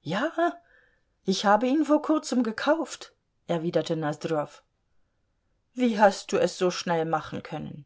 ja ich habe ihn vor kurzem gekauft erwiderte nosdrjow wie hast du es so schnell machen können